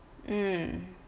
mm